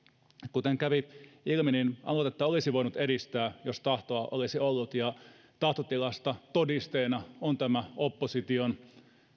kuten kävi ilmi aloitetta olisi voinut edistää jos tahtoa olisi ollut ja tahtotilasta todisteena on tämä opposition